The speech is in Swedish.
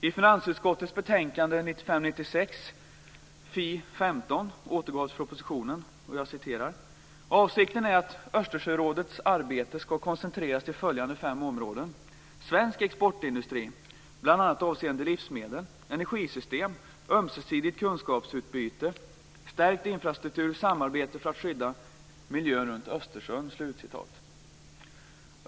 I finansutskottets betänkande 1995/96:Fi15 återges propositionen: "Avsikten är att rådets" - Östersjörådets - arbete skall koncentreras till följande fem områden: svensk exportindustri, bl.a. avseende livsmedel; energisystem; ömsesidigt kunskapsutbyte; stärkt infrastruktur; samarbete för att skydda miljön runt Östersjön."